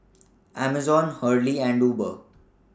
Amazon Hurley and Uber